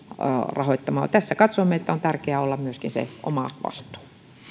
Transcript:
rahoittamaa tässä katsomme että on tärkeää olla myöskin se omavastuu